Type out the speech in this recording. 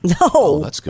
No